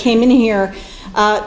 came in here